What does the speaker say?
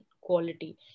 quality